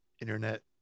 internet